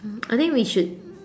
I think we should